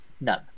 None